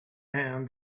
hand